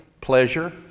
pleasure